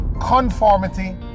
Conformity